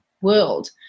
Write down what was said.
world